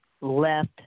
left